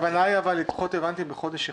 הכוונה היא אבל לדחות הבנתי בחודש אחד.